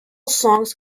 songs